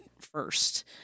first